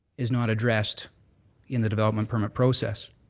is not addressed in the development permit process.